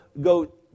go